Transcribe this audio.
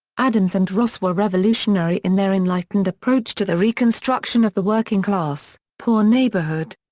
adams and ross were revolutionary in their enlightened approach to the reconstruction of the working-class, poor neighbourhood.